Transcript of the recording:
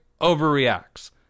overreacts